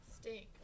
Stink